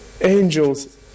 angels